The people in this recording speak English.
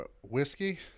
whiskey